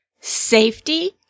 safety